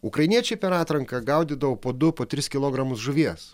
ukrainiečiai per atranką gaudydavo po du po tris kilogramus žuvies